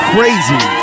Crazy